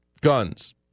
guns